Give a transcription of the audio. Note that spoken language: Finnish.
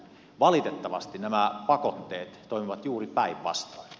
valitettavasti nämä pakotteet toimivat juuri päinvastoin